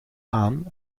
aan